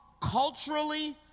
culturally